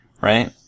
right